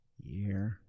year